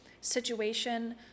situation